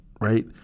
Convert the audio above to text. right